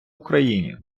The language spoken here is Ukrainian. україні